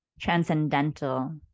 transcendental